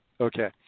Okay